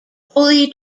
holy